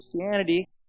Christianity